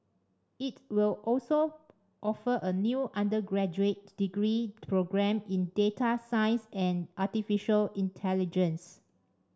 it will also offer a new undergraduate degree programme in data science and artificial intelligence